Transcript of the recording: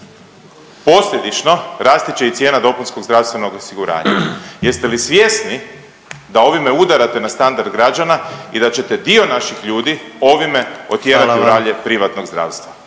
Posljedično rasti će i cijene dopunskog zdravstvenog osiguranja. Jeste li svjesni da ovime udarate na standard građana i da ćete dio naših ljudi ovime otjerati u ralje …/Upadica: